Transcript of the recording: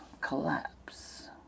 collapse